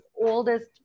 oldest